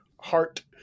heart